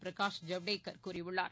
பிரகாஷ் ஜவ்டேகர் கூறியுள்ளார்